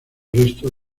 resto